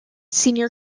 senior